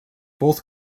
both